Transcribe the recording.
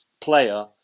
player